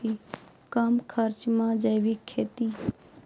कम खर्च मे जैविक खेती?